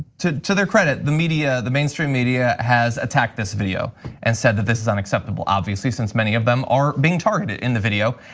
to to their credit the media, the mainstream media has attacked this video and said that this is unacceptable. obviously, since many of them are being targeted in the video.